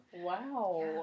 Wow